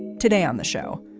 today on the show,